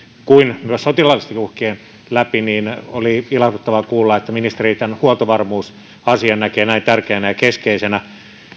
kuin sotilaallisten uhkien läpi niin oli ilahduttavaa kuulla että ministeri tämän huoltovarmuusasian näkee näin tärkeänä ja keskeisenä